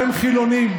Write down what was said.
והם חילונים.